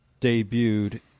debuted